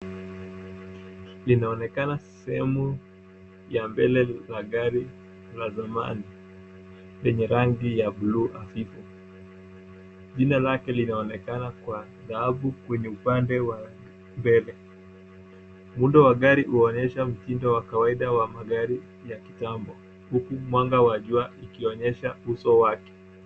Linaonekana sehemu ya mbele la gari la zamani, lenye rangi ya blue hafifu. Jina lake linaonekana kwa dhahabu kwenye upande wa mbele. Muundo wa gari huonyesha mtindo wa kawaida wa magari ya kitambo, huku mwanga wa jua, likionyesha uso wake.